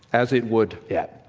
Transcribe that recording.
as it would. yeah.